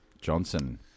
Johnson